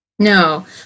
No